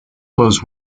flows